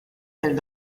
del